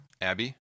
Abby